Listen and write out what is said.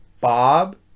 Bob